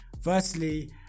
Firstly